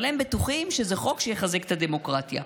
אבל הם בטוחים שזה חוק שיחזק את הדמוקרטיה.